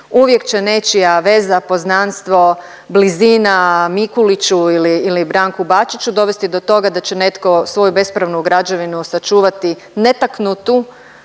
Uvijek će nečija veza, poznanstvo, blizina Mikuliću ili Branku Bačiću dovesti do toga da će netko svoju bespravnu građevinu sačuvati netaknutu